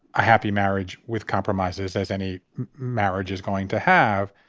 a happy marriage with compromises as any marriage is going to have.